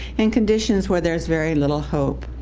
in conditions where there's very little hope,